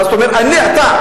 ואז אתה אומר: אתה,